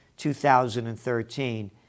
2013